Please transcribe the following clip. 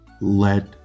let